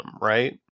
Right